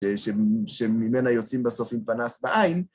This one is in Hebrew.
שממנה יוצאים בסוף עם פנס בעין.